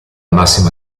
massima